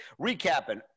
recapping